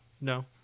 No